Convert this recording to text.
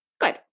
good